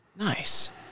Nice